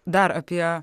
dar apie